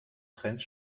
trends